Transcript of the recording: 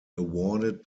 awarded